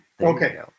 Okay